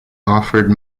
offered